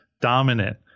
dominant